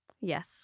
Yes